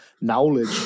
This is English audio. knowledge